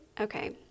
okay